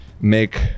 make